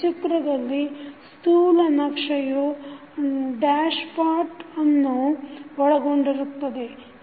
ಚಿತ್ರದಲ್ಲಿ ಸ್ಥೂಲನಕ್ಷೆಯು ಡ್ಯಾಶ್ಪಾಟ್ ಅನ್ನು dashpot ಒಳಗೊಂಡಿರುತ್ತದೆ